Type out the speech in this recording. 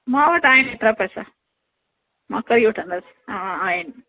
मां वटि आहिनि एतिरा पैसा मां करे वठंदसि हा आहिनि